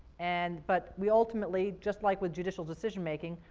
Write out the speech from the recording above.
and but we ultimately, just like with judicial decision making,